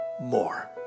more